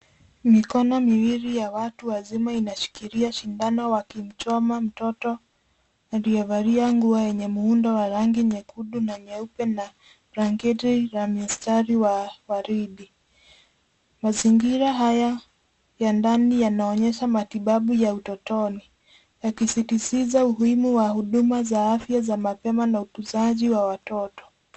Mikono miwili ya watu wazima inashikilia shindano wakimchoma mtoto aliyevalia nguo yenye muundo wa rangi nyekundu na nyeupe na blanketi ya mistari wa waridi. Mazingira haya ya ndani yanaonyesha matibabu ya utotoni. Yakisisitiza umuhimu wa huduma za afya za mapema na utunzaji wa watoto.